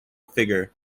figure